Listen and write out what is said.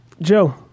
Joe